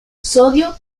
sodio